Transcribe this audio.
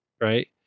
right